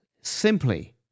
simply